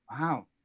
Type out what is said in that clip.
wow